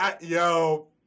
yo